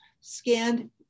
scanned